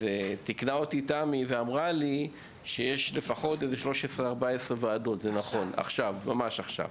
אז תיקנה אותי תמי ואמרה לי שיש לפחות 13 או 14 ועדות ממש עכשיו